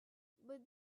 but